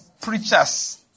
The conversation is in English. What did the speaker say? preachers